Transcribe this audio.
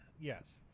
yes